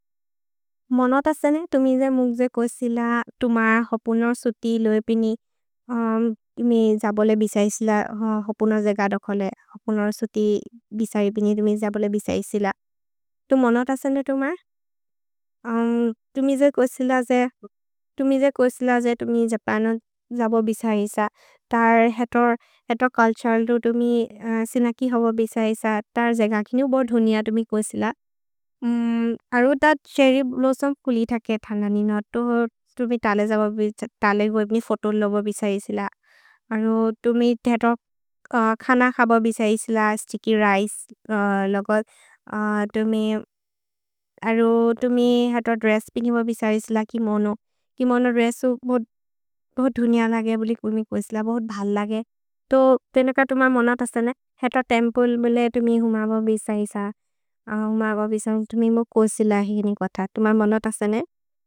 मनो तसेने तुमि जे मुग् जे कोसिल तुमर् हपुनोर् सुति लोएपिनि, तुमि जबोले बिसै सिल, हपुनोर् जे गदोकोले, हपुनोर् सुति बिसै पिनि, तुमि जबोले बिसै सिल। तु मनो तसेने तुमर्? तुमि जे कोसिल जे, तुमि जे कोसिल जे तुमि जपनो जबो बिसै स, तर् हेतो, हेतो कोल्त्सलो तुमि सिन कि होबो बिसै स, तर् जेग किनि उबोद् हुनिअ तुमि कोसिल। अरो त छेर्र्य् ब्लोस्सोम् कुलिथ के थन निन, तो तुमि तले जबो बिसै, तले गोएब्नि फोतो लोबो बिसै सिल। अरो तुमि हेतो खन खबो बिसै सिल, स्तिक्कि रिचे लोगल्, तुमि, अरो तुमि हेतो द्रेस्स् पिनि बोबिसै सिल कि मनो, कि मनो द्रेस्सु बोद्, बोद् हुनिअ लगे बोलि कोसिल, बोद् भल् लगे। तो, पेनोक तुम मनो तसेने, हेतो तेम्प्ले बोले तुमि हुमबो बिसै स, हुमबो बिसौ तुमि मो कोसिल हिगिनि कोथ। तुम मनो तसेने।